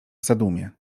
zadumie